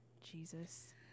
jesus